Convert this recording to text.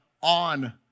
on